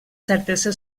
certesa